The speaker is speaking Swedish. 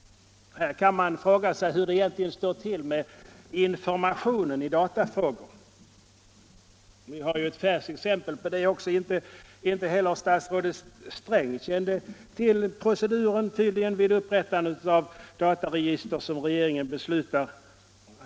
Här kan man fråga sig hur det egentligen står till med informationen i datafrågor. Vi har ett annat färskt exempel på det. Inte heller statsrådet Sträng kände tydligen till proceduren för upprättande av dataregister som regeringen beslutat.